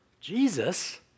Jesus